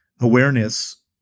awareness